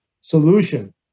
solution